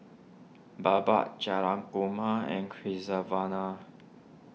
Baba Jayakumar and Crinivasa